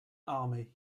army